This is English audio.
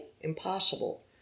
impossible